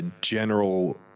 general